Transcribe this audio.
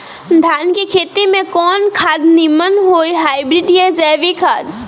धान के खेती में कवन खाद नीमन होई हाइब्रिड या जैविक खाद?